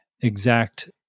exact